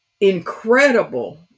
incredible